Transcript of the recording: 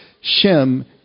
Shem